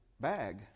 bag